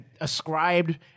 ascribed